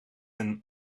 een